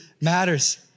matters